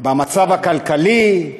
במצב הכלכלי,